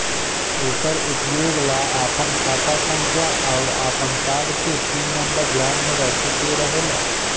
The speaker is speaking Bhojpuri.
एकर उपयोग ला आपन खाता संख्या आउर आपन कार्ड के पिन नम्बर ध्यान में रखे के रहेला